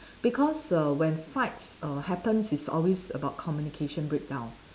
because err when fights err happens it's always about communication break down